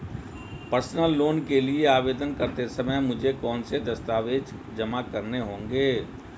Personal loan के लिए आवेदन करते समय मुझे कौन से दस्तावेज़ जमा करने होंगे?